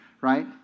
right